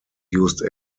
used